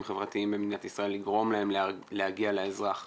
חברתיים במדינת ישראל ולגרום להם להגיע לאזרח.